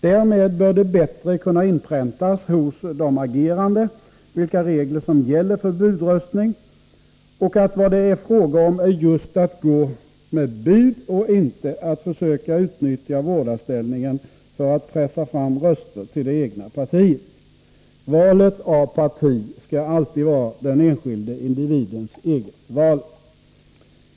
Därmed bör det bättre kunna inpräntas hos de agerande vilka regler som gäller för budröstning och att vad det är fråga om är just att gå bud och inte att försöka utnyttja vårdarställningen för att pressa fram röster till det egna partiet. Valet av parti skall alltid vara den enskilde individens eget val.